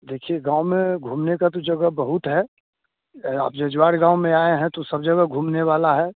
देखिए गाँव में घूमने कि तो जगह बहुत है आप जज्वार गाँव में आएँ हैं तो सब जगह घूमने वाली है